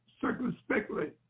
circumspectly